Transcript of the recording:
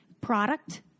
product